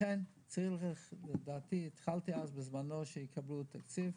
לכן צריך לדעתי, התחלתי בזמנו לפעול שיקבלו תקציב,